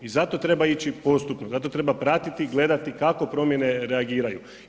I zato treba ići postupno, zato treba pratiti i gledati kako promjene reagiraju.